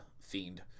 fiend